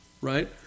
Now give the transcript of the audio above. right